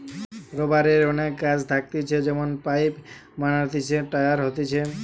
রাবারের অনেক কাজ থাকতিছে যেমন পাইপ বানাতিছে, টায়ার হতিছে